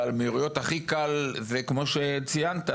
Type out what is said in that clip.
כמו שציינת,